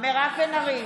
מירב בן ארי,